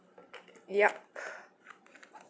yup